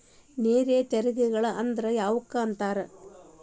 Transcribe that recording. ನೇರ ತೆರಿಗೆಗಳ ಅಂದ್ರ ಯಾವಕ್ಕ ಅಂತಾರ